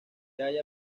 halla